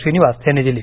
श्रीनिवास यांनी दिली